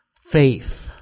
Faith